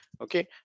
okay